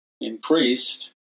increased